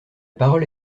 parole